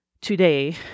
today